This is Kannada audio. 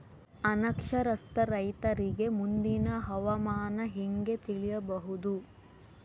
ಅನಕ್ಷರಸ್ಥ ರೈತರಿಗೆ ಮುಂದಿನ ಹವಾಮಾನ ಹೆಂಗೆ ತಿಳಿಯಬಹುದು?